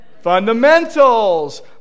fundamentals